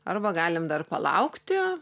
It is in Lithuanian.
arba galim dar palaukti